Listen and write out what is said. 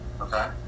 Okay